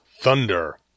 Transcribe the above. Thunder